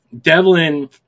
Devlin